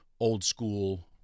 old-school